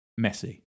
Messi